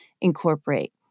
incorporate